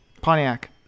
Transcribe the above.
pontiac